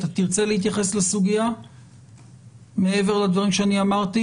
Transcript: אתה תרצה להתייחס לסוגיה מעבר לדברים שאני אמרתי?